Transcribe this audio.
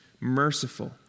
merciful